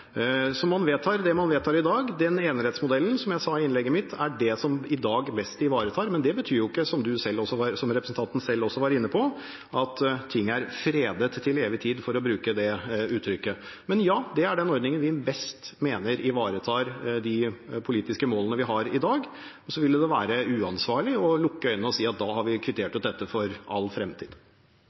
man vedtar det man vedtar i dag. Som jeg sa i innlegget mitt, er det i dag enerettsmodellen som best ivaretar dette. Men det betyr jo ikke, som representanten selv også var inne på, at ting er fredet til evig tid, for å bruke det uttrykket. Men det er den ordningen vi mener best ivaretar de politiske målene vi har i dag. Det ville være uansvarlig å lukke øynene og si at vi da har kvittert dette ut for all